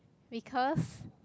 because